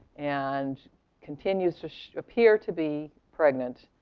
and continues to appear to be pregnant.